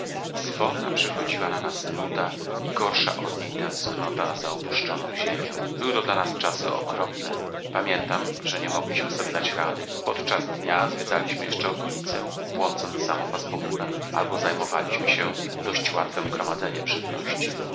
i zwolna przychodziła na nas nuda i gorsza od niej tęsknota za opuszczoną ziemią były to dla nas czasy okropne pamiętam że nie mogliśmy sobie dać rady podczas dnia zwiedzaliśmy jeszcze okolicę błądząc samopas po górach albo zajmowaliśmy się dość łatwem gromadzeniem żywności